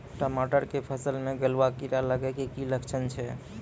टमाटर के फसल मे गलुआ कीड़ा लगे के की लक्छण छै